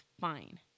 fine